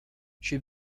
she